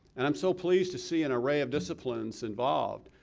and i'm so pleased to see an aray of disciplines involved,